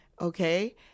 okay